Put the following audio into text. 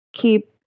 keep